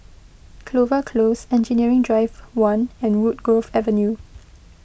Clover Close Engineering Drive one and Woodgrove Avenue